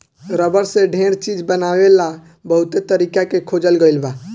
rubber से ढेर चीज बनावे ला बहुते तरीका के खोजल गईल बा